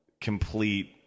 complete